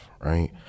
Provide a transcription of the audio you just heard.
right